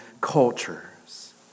cultures